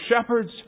shepherds